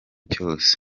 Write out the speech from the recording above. cyose